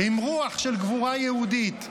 עם רוח של גבורה יהודית.